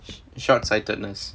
short sightedness